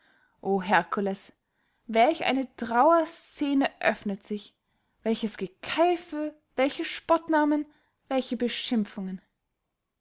herkules welch eine trauerscene öffnet sich welches gekeife welche spottnamen welche beschimpfungen